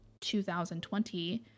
2020